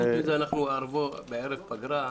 חוץ מזה, אנחנו בערב פגרה.